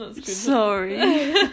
Sorry